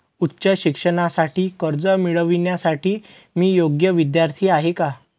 उच्च शिक्षणासाठी कर्ज मिळविण्यासाठी मी योग्य विद्यार्थी आहे का?